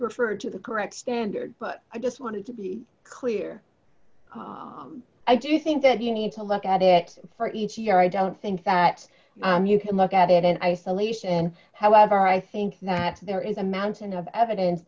refer to the correct standard but i just want to be clear i do think that you need to look at it for each year i don't think that you can look at it in isolation however i think that there is a mountain of evidence